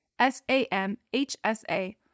SAMHSA